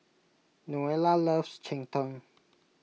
Noelia loves Cheng Tng